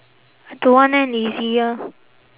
don't want eh lazy ah